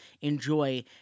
enjoy